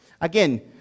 Again